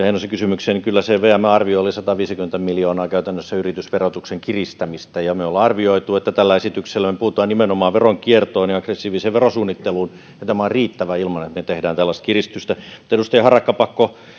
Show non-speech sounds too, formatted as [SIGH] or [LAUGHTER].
[UNINTELLIGIBLE] heinosen kysymykseen kyllä se vmn arvio oli sataviisikymmentä miljoonaa käytännössä yritysverotuksen kiristämistä me olemme arvioineet että tällä esityksellä me puutumme nimenomaan veronkiertoon ja aggressiiviseen verosuunnitteluun ja tämä on riittävä ilman että me teemme tällaista kiristystä mutta edustaja harakka pakko